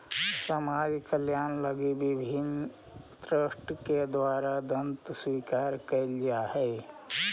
समाज कल्याण लगी विभिन्न ट्रस्ट के द्वारा दांत स्वीकार कैल जा हई